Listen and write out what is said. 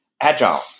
Agile